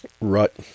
Rut